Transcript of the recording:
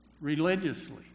religiously